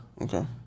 Okay